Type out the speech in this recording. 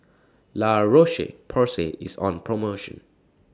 La Roche Porsay IS on promotion